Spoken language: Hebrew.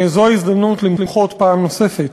זו ההזדמנות למחות פעם נוספת